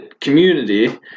community